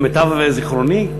למיטב זיכרוני,